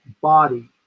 body